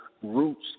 roots